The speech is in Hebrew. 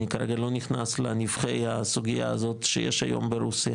אני כרגע לא נכנס לנבכי הסוגייה הזאת שיש היום ברוסיה